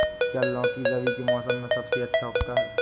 क्या लौकी रबी के मौसम में सबसे अच्छा उगता है?